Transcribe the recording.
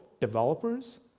developers